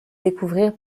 découvrir